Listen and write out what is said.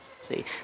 see